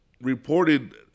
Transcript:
reported